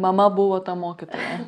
mama buvo ta mokytoja